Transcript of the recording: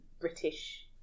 British